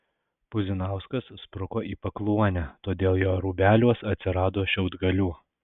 puzinauskas spruko į pakluonę todėl jo rūbeliuos atsirado šiaudgalių